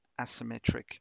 asymmetric